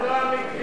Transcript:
זה לא המקרים.